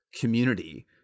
community